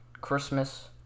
Christmas